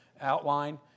outline